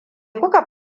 kuka